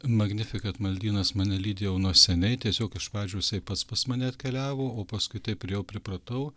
magnifikat maldynas mane lydi jau nuo seniai tiesiog iš pradžių jisai pats pas mane atkeliavo o paskui taip ir jau pripratau